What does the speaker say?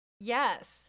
Yes